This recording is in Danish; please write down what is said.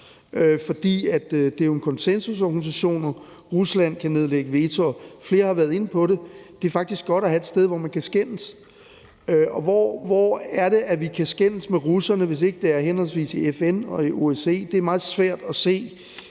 Det er jo en konsensusorganisation, hvor Rusland kan nedlægge veto, som flere har været inde på. Det er faktisk godt at have et sted, hvor man kan skændes, og hvor er det, vi kan skændes med russerne, hvis det ikke er henholdsvis i FN og i OSCE? Det er meget svært at se,